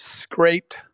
scraped